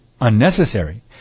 unnecessary